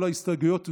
כל ההסתייגויות הוסרו.